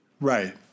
Right